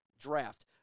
Draft